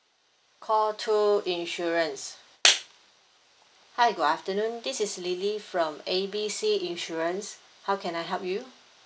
call two insurance hi good afternoon this is lily from A B C insurance how can I help you